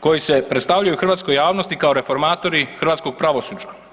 koji se predstavljaju hrvatskoj javnosti kao reformatori hrvatskog pravosuđa.